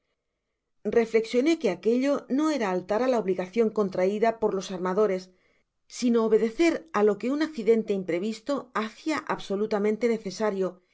reflexioné que aquello no era altar á la obligacion contraida por los armadores sino obedecer á lo que un accidente imprevisto hacia absolutamente necesario